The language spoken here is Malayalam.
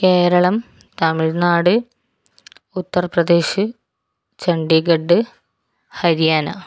കേരളം തമിഴ്നാട് ഉത്തർപ്രദേശ് ചണ്ഡീഗഢ് ഹരിയാന